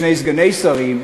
שני סגני שרים,